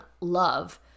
love